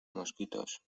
mosquitos